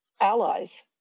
allies